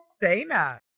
Dana